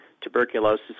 tuberculosis